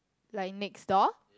like next door